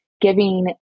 giving